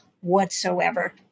whatsoever